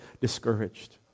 discouraged